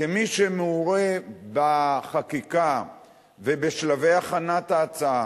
כמי שמעורה בחקיקה ובשלבי הכנת ההצעה,